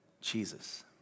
Jesus